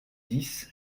dix